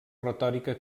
retòrica